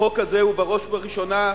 החוק הזה הוא בראש ובראשונה שלך.